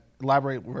elaborate